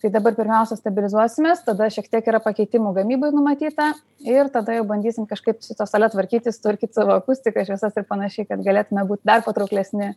tai dabar pirmiausia stabilizuosimės tada šiek tiek yra pakeitimų gamyboj numatyta ir tada jau bandysim kažkaip su ta sale tvarkytis tvarkyt savo akustiką šviesas ir panašiai kad galėtumėm būt dar patrauklesni